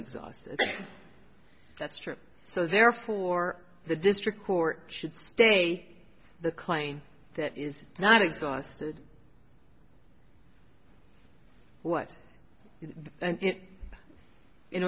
exhausted that's true so therefore the district court should stay the clain that is not exhausted what in